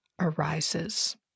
arises